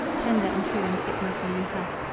tender and true in sickness and in health,